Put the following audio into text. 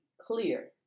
clear